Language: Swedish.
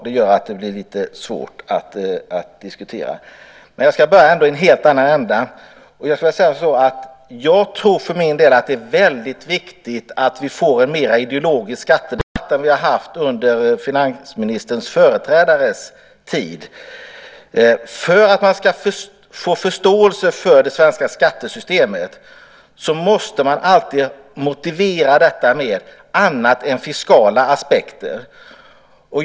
Det gör att det blir lite svårt att diskutera. Men jag ska börja i en helt annan ände. Jag tror för min del att det är väldigt viktigt att vi får en mer ideologisk skattedebatt än vi har haft under finansministerns företrädares tid. För att skapa förståelse för det svenska skattesystemet måste man alltid motivera detta med annat än fiskala aspekter.